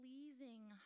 Pleasing